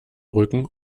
rücken